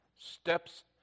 steps